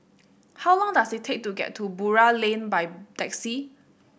how long does it take to get to Buroh Lane by taxi